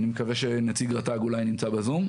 אני מקווה שנציג רט"ג אולי נמצא בזום.